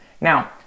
Now